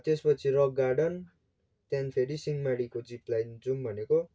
त्यसपछि rock garden त्यहाँदेखि फेरि सिंहमारीको जिप लाइन जाउँ भनेको